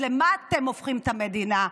אז למה אתם הופכים את המדינה?